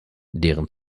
deren